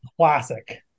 classic